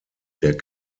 der